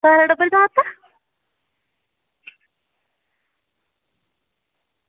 सारा टब्बर जा दा